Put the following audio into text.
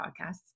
podcasts